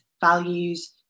values